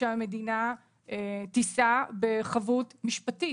שהמדינה תישא בחבות משפטית.